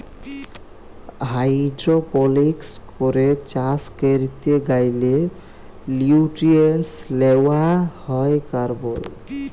hydroponics করে চাষ ক্যরতে গ্যালে লিউট্রিয়েন্টস লেওয়া হ্যয় কার্বল